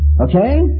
Okay